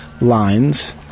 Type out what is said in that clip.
lines